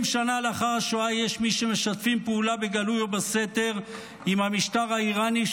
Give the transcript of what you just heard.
80 שנה לאחר השואה יש מי שמשתפים פעולה בגלוי ובסתר עם המשטר האיראני,